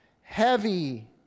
heavy